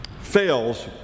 fails